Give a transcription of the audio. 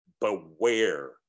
beware